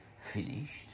finished